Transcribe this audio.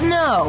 no